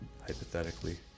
hypothetically